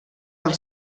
del